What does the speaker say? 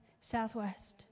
Southwest